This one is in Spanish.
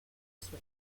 sueca